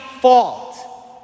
fault